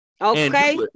Okay